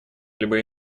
либо